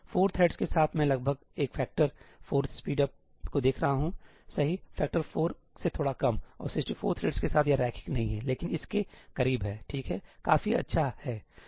4 threads के साथ मैं लगभग एक फैक्टर् 4 स्पीड अप को देख रहा हूं सही फैक्टर् 4 से थोड़ा कमऔर 64 थ्रेड्स के साथ यह रैखिक नहीं है लेकिन इसके करीब है ठीक है काफी अच्छा है